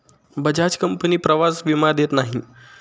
Bajaj company प्रवास विमा देत नाही